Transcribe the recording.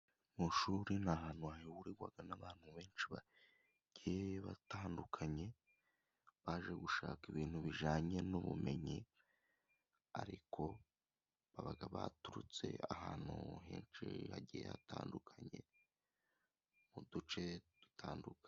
Mu mashuri ni ahantu hahurirwa n'abantu benshi bagiye batandukanye, baje gushaka ibintu bijyanye n'ubumenyi ariko baba baturutse ahantu henshi hagiye hatandukanye mu duce dutandukanye.